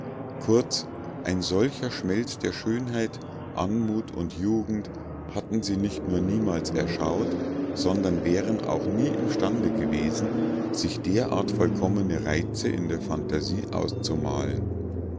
kurz einen solchen schmelz der schönheit anmut und jugend hatten sie nicht nur niemals erschaut sondern wären auch nie imstande gewesen sich derart vollkommene reize in der phantasie auszumalen